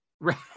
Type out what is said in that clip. right